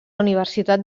universitat